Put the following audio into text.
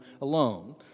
alone